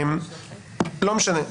לא משנה.